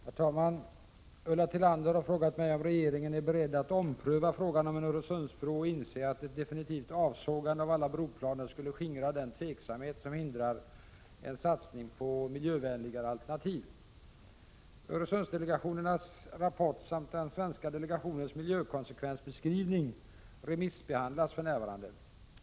Herr talman! Ulla Tillander har frågat mig om regeringen är beredd att ompröva frågan om en Öresundsbro och inse att ett definitivt avsågande av alla broplaner skulle skingra den tveksamhet som hindrar en satsning på miljövänligare alternativ. Öresundsdelegationernas rapport samt den svenska delegationens miljökonsekvensbeskrivning remissbehandlas för närvarande.